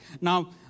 Now